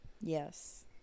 Yes